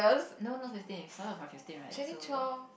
no not fifteen we started from fifteen right so